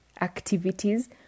activities